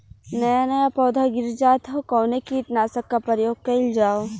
नया नया पौधा गिर जात हव कवने कीट नाशक क प्रयोग कइल जाव?